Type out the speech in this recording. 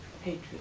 Hatred